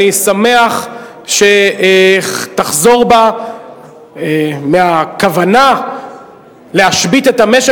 אני שמח שהיא תחזור בה מהכוונה להשבית את המשק.